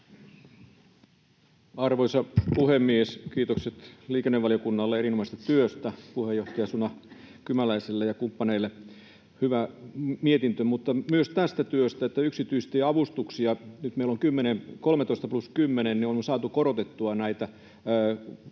Arvoisa puhemies! Kiitokset liikennevaliokunnalle erinomaisesta työstä, puheenjohtaja Suna Kymäläiselle ja kumppaneille — hyvä mietintö — mutta myös tästä työstä, että yksityistieavustuksia on meillä nyt 13 plus 10 miljoonaa saatu korotettua valtionosuuksia